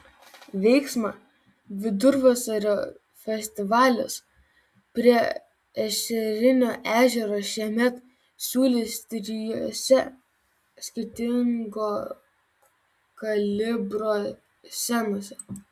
veiksmą vidurvasario festivalis prie ešerinio ežero šiemet siūlys trijose skirtingo kalibro scenose